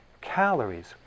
calories